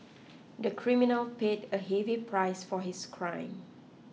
the criminal paid a heavy price for his crime